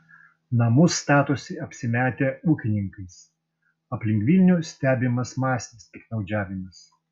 namus statosi apsimetę ūkininkais aplink vilnių stebimas masinis piktnaudžiavimas